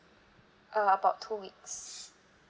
uh about two weeks